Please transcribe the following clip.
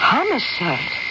Homicide